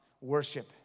worship